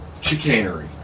chicanery